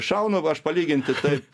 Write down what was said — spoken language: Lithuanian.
šaunu va aš palyginti taip